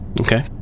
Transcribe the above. Okay